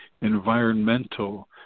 environmental